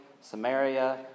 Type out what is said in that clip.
Samaria